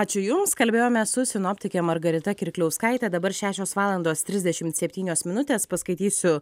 ačiū jums kalbėjome su sinoptike margarita kirkliauskaite dabar šešios valandos trisdešimt septynios minutės paskaitysiu